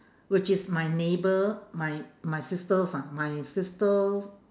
which is my neighbour my my sister's ah my sister's